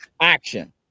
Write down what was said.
action